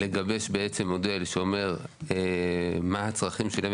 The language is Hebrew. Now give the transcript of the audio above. לגבש בעצם מודל שאומר מה הצרכי שלהם,